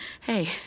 Hey